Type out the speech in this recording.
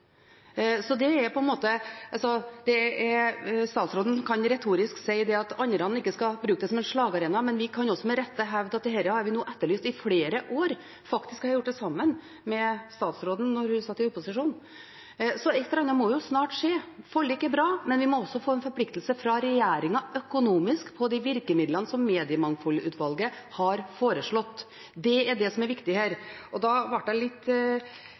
Statsråden kan retorisk si at vi andre ikke skal bruke dette som en slagarena, men vi kan også med rette hevde at dette har vi etterlyst i flere år, faktisk har jeg gjort det sammen med statsråden da hun satt i opposisjon. Så et eller annet må snart skje. Forlik er bra, men vi må også få en økonomisk forpliktelse fra regjeringen på de virkemidlene som mediemangfoldsutvalget har foreslått. Det er det som er viktig her. Da blir jeg litt